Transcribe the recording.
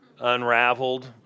Unraveled